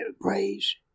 praise